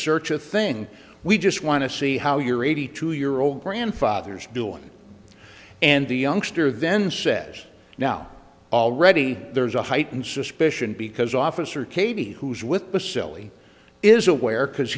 search a thing we just want to see how your eighty two year old grandfather's doing and the youngster then says now already there's a heightened suspicion because officer katie who's with the silly is aware because